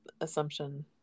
assumption